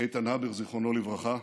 איתן הבר, זיכרונו לברכה,